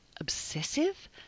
obsessive